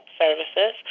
services